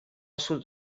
sud